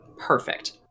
Perfect